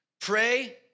Pray